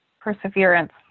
perseverance